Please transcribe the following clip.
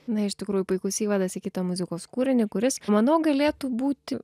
na iš tikrųjų puikus įvadas į kitą muzikos kūrinį kuris manau galėtų būti